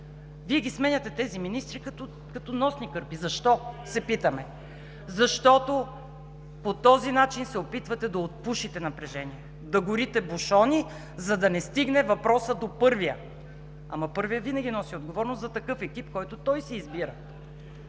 Вие сменяте тези министри като носни кърпи. Защо, се питаме? Защото по този начин се опитвате да отпушите напрежението, да горите бушони, за да не стигне въпросът до първия. Първият обаче винаги носи отговорност за екипа, който той си избира